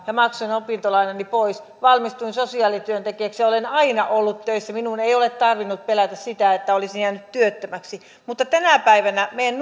ja maksoin opintolainani pois valmistuin sosiaalityöntekijäksi ja olen aina ollut töissä minun ei ole tarvinnut pelätä sitä että olisin jäänyt työttömäksi mutta tänä päivänä meidän